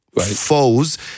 Foes